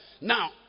Now